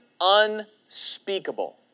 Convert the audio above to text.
Unspeakable